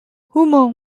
homañ